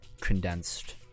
condensed